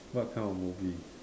what kind of movie